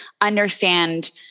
understand